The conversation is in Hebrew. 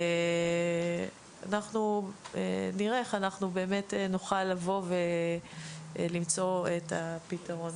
אנחנו נראה איך באמת נוכל לבוא ולמצוא את הפתרון